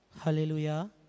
Hallelujah